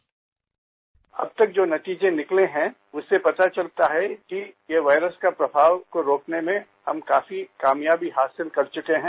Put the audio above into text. sound bite अब तक जो नतीजे निकले हैं उससे पता चलता है कि ये वायरस के प्रभाव को रोकने में हम काफी कामयाबी हासिल कर चुके हैं